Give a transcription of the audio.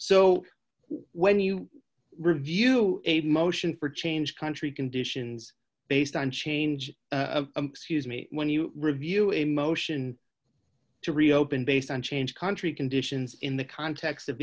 so when you review a motion for change country conditions based on change when you review a motion to reopen based on change country conditions in the context of